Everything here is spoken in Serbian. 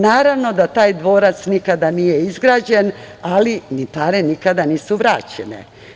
Naravno da taj dvorac nikada nije izgrađen, ali ni pare nikada nisu vraćene.